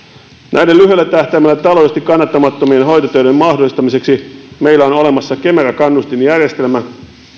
näiden lyhyellä tähtäimellä taloudellisesti kannattamattomien hoitotöiden mahdollistamiseksi meillä on olemassa kemera kannustinjärjestelmä